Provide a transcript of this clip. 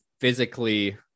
physically